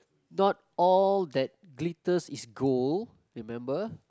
not all that glitters is gold remember